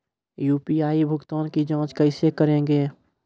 UPI भुगतान की जाँच कैसे करेंगे?